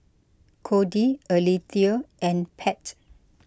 Codie Alethea and Pat